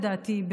לדעתי,